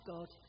God